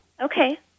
Okay